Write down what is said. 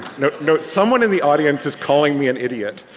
you know someone in the audience is calling me an idiot.